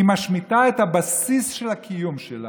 היא משמיטה את הבסיס של הקיום שלה.